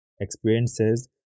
experiences